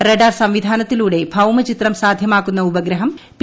radar സംവിധാനത്തിലൂടെ ഭൌമ ചിത്രം സാധ്യമാക്കുന്ന ഉപഗ്രഹം പി